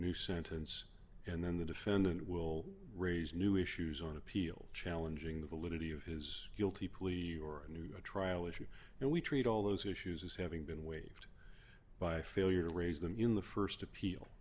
new sentence and then the defendant will raise new issues on appeal challenging the validity of his guilty plea or a new trial issue and we treat all those issues as having been waived by failure to raise them in the st appeal